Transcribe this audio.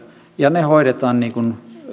ja ne hoidetaan niin kuin